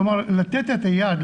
כלומר לתת את היד,